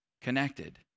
connected